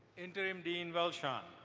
interim dean welshon,